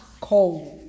cold